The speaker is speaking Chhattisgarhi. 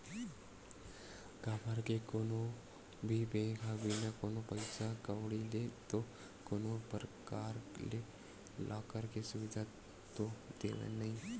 काबर के कोनो भी बेंक ह बिना कोनो पइसा कउड़ी ले तो कोनो परकार ले लॉकर के सुबिधा तो देवय नइ